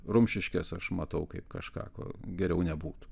rumšiškes aš matau kaip kažką ko geriau nebūtų